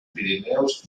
pirineos